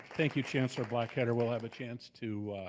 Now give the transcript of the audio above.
thank you chancellor blackketter. we'll have a chance to